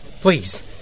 Please